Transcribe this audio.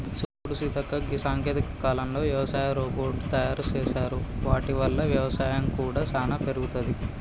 సూడు సీతక్క గీ సాంకేతిక కాలంలో యవసాయ రోబోట్ తయారు సేసారు వాటి వల్ల వ్యవసాయం కూడా సానా పెరుగుతది